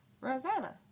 Rosanna